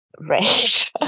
Right